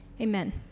Amen